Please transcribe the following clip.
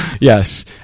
Yes